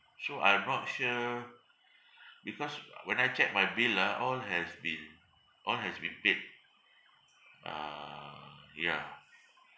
so I'm not sure because uh when I check my bill ah all has been all has been paid uh yeah